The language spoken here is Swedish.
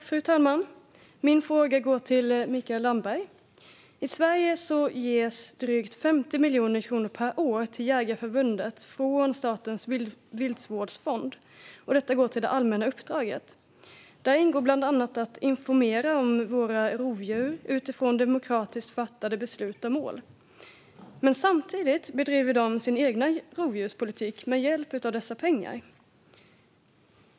Fru talman! Min fråga går till Mikael Damberg. I Sverige ges drygt 50 miljoner kronor per år till Jägareförbundet från statens viltvårdsfond. Pengarna går till det allmänna uppdraget, där det bland annat ingår att informera om våra rovdjur utifrån demokratiskt fattade beslut och mål. Samtidigt bedriver förbundet sin egen rovdjurspolitik med hjälp av dessa pengar.